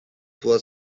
what